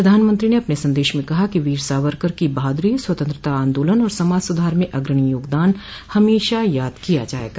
प्रधानमंत्री ने ट्वीट संदेश में कहा कि वीर सावरकर की बहादुरी स्वतंत्रता आंदोलन और समाज सुधार में अग्रणी योगदान हमेशा याद किया जाएगा